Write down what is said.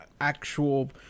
actual